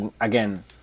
again